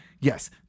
yes